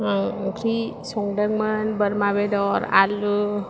आं ओंख्रि संदोंमोन बोरमा बेदर आलु